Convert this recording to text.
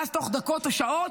ואז תוך דקות או שעות,